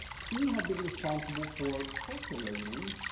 he had been responsible for circulating,